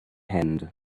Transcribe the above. hand